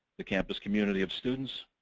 the campus community of students,